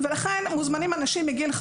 אנחנו תמיד מעודכנים כמה שנים אחורה.